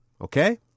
Okay